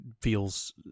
feels